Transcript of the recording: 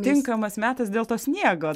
tinkamas metas dėl to sniego